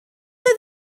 oedd